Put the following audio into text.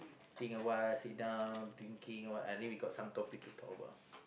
think a while sit a while drinking I think we got some topic to talk about